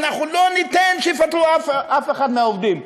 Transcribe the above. אנחנו לא ניתן שיפטרו אף אחד מהעובדים.